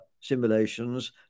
simulations